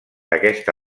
aquesta